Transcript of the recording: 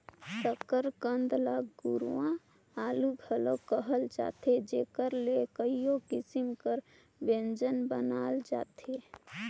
सकरकंद ल गुरूवां आलू घलो कहल जाथे जेकर ले कइयो किसिम कर ब्यंजन बनाल जाथे